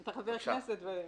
אתה חבר כנסת, ואנחנו,